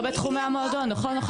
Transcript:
לא בתחומי המועדון, נכון.